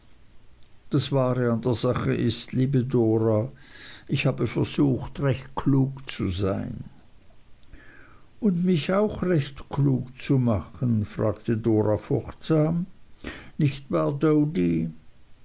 das wahre an der sache ist liebe dora ich habe versucht recht klug zu sein und mich auch recht klug zu machen fragte dora furchtsam nicht wahr